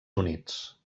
units